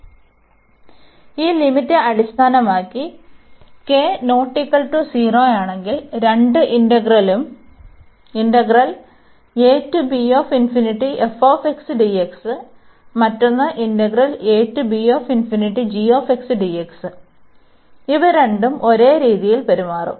അതിനാൽ ഈ ലിമിറ്റ് അടിസ്ഥാനമാക്കി ഈ k ≠ 0 യാണെങ്കിൽ രണ്ട് ഇന്റഗ്രലുകളും ഇന്റഗ്രൽ മറ്റൊന്ന് ഇവ രണ്ടും ഒരേ രീതിയിൽ പെരുമാറും